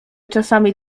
czasami